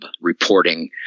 reporting